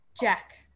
Jack